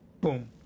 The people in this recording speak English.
boom